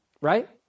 right